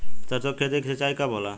सरसों की खेती के सिंचाई कब होला?